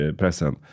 pressen